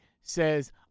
says